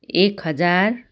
एक हजार